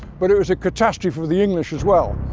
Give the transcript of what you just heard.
but it was a catastrophe for the english as well,